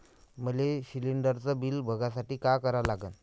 मले शिलिंडरचं बिल बघसाठी का करा लागन?